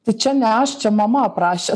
tai čia ne aš čia mama prašė